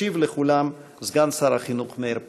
ישיב לכולם סגן שר החינוך מאיר פרוש.